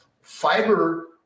fiber